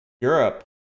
Europe